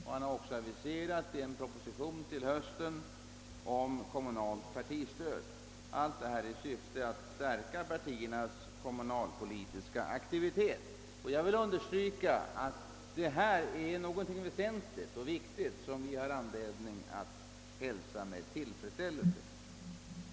Han har också aviserat en proposition till hösten om kommunalt partistöd, allt detta i syfte att stärka partiernas kommunalpolitiska aktivitet. Jag vill understryka att detta är något väsentligt och viktigt, som vi har anledning att hälsa med tillfredsställelse.